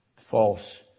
False